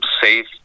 safe